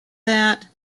that